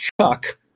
Chuck